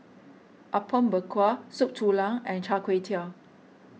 Apom Berkuah Soup Tulang and Char Kway Teow